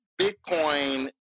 Bitcoin